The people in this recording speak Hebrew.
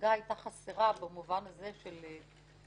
שההצגה היתה חסרה במובן הזה של אבחנה